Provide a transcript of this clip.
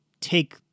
take